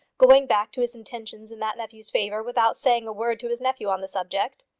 going back to his intentions in that nephew's favour, without saying a word to his nephew on the subject?